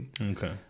Okay